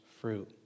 fruit